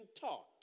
taught